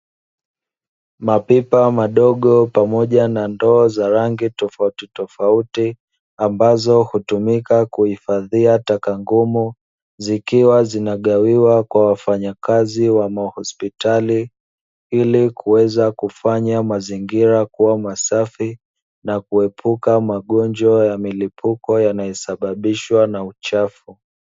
Mapipa madogo pamoja na ndoo za rangi tofautitofauti, ambazo hutumika kuhifadhia taka ngumu, zikiwa zinagawiwa kwa wafanyakazi wa mahospitali, ili kuweza kufanya mazingira kuwa masafi na kuepuka magonjwa ya milipuko yanayosababishwa na uchafu.